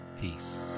Peace